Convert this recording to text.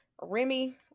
Remy